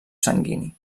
sanguini